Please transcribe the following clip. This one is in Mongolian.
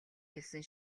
хэлсэн